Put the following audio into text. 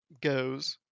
goes